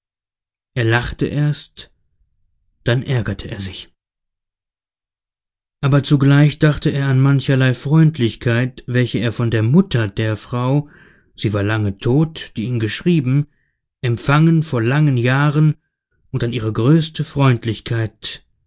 er lachte erst dann ärgerte er sich aber zugleich dachte er an mancherlei freundlichkeit welche er von der mutter der frau sie war lange tot die ihn geschrieben empfangen vor langen jahren und an ihre größte freundlichkeit